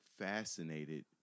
Fascinated